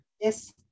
Yes